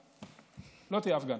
שבועיים לא תהיה הפגנה.